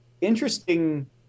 interesting